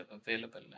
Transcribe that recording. available